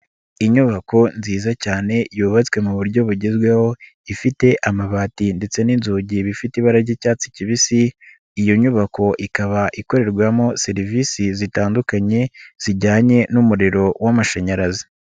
Inyubako nziza cyane yubatswe mu buryo bugezweho ifite amabati ndetse n'inzugi bifite ibara ry'icyatsi kibisi, iyo nyubako ikaba ikorerwamo serivisi zitandukanye zijyanye n'umuriro w'amashanyarazi.